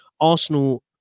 Arsenal